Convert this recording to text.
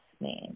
name